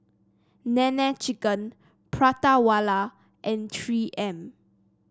Nene Chicken Prata Wala and Three M